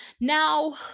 Now